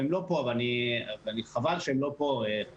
הם לא פה אבל וחבל שהם לא פה כבוד